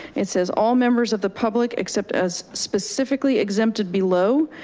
it says all members of the public, except as specifically exempted below,